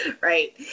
Right